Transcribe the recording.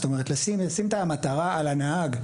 זאת אומרת לשים את המטרה על הנהג,